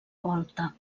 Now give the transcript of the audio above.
volta